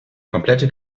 komplette